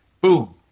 boom